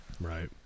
Right